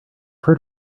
heard